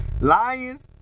Lions